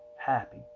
happy